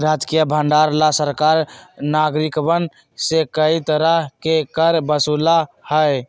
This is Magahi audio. राजकीय भंडार ला सरकार नागरिकवन से कई तरह के कर वसूला हई